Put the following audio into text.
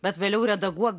bet vėliau redaguok